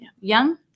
young